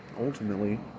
Ultimately